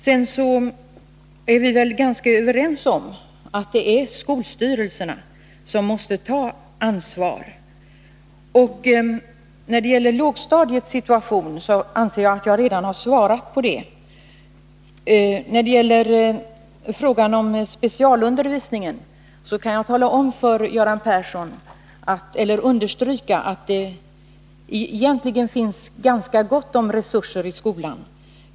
Göran Persson och jag är nog överens om att det är skolstyrelserna som måste ta ansvar. Jag anser att jag har besvarat hans fråga om lågstadiets situation. Beträffande hans fråga om specialundervisningen vill jag understryka att det egentligen finns ganska gott om resurser i skolan.